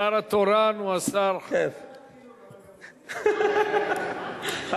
השר התורן הוא השר, מילא ועדת החינוך, אבל גם, ?